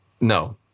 No